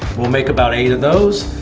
we'll make about eight of those,